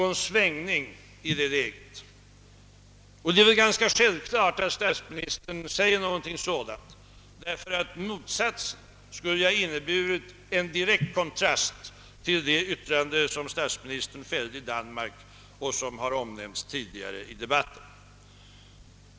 Och det är väl ganska självklart att statsministern säger detta, ty motsatsen skulle ju ha inneburit en kontrast till det yttrande som statsministern fällde i Danmark och som omnämnts tidigare under debatten.